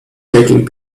taking